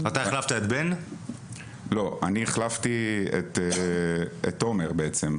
אני החלפתי את תומר בעצם.